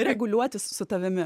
reguliuotis su tavimi